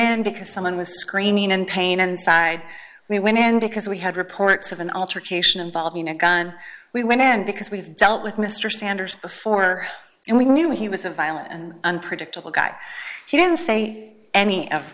and because someone was screaming in pain and side we went in because we had reports of an altercation involving a gun we went in because we've dealt with mr sanders before and we knew he was a violent and unpredictable guy he didn't say any of